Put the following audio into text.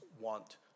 want